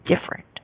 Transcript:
different